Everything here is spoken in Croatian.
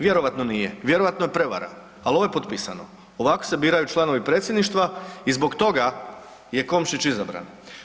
Vjerojatno nije, vjerojatno je prevara, ali ovo je potpisano, ovako se biraju članovi predsjedništva i zbog toga je Komšić izabran.